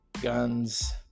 Guns